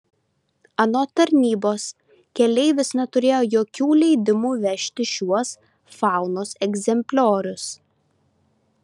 anot tarnybos keleivis neturėjo jokių leidimų vežti šiuos faunos egzempliorius